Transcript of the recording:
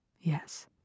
Yes